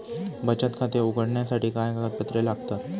बचत खाते उघडण्यासाठी काय कागदपत्रे लागतात?